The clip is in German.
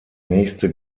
nächste